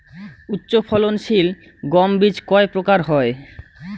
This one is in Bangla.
উচ্চ ফলন সিল গম বীজ কয় প্রকার হয়?